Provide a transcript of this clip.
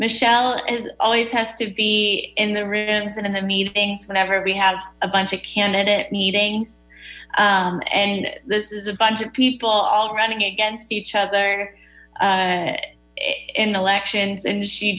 michelle as always has to be in the rooms and in the meetings whenever we have a bunch of candidate meetings and this is a bunch of people all running against each other in elections and she